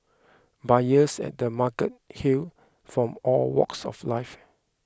buyers at the markets hailed from all walks of life